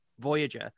Voyager